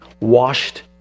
Washed